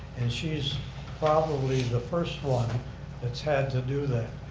and she's probably the first one that's had to do that.